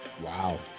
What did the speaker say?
Wow